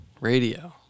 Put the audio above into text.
Radio